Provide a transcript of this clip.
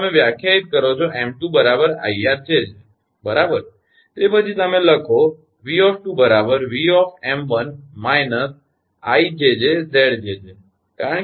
અને તમે વ્યાખ્યાયિત કરો છો 𝑚2 𝐼𝑅𝑗𝑗 બરાબર તે પછી તમે લખો 𝑉𝑚2 𝑉𝑚1 − 𝐼𝑗𝑗𝑍𝑗𝑗